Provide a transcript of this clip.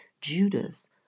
Judas